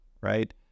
right